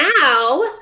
Now